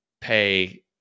pay